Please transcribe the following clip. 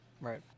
Right